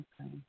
Okay